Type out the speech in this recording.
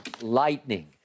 lightning